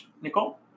Nicole